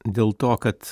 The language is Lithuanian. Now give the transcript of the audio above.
dėl to kad